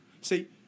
see